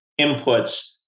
inputs